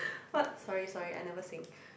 what sorry sorry I never sing